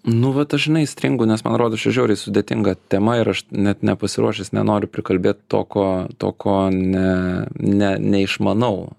nu vat aš žinai stringu nes man rodos čia žiauriai sudėtinga tema ir aš net nepasiruošęs nenoriu prikalbėti to ko to ko ne ne neišmanau